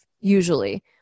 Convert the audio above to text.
usually